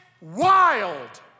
wild